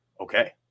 okay